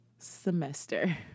Semester